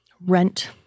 rent